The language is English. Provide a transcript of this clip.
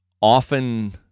often